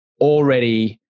already